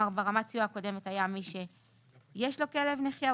ברמת הסיוע הקודמת היה שמי שיש לו כל נחייה,